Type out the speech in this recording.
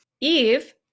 Eve